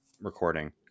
recording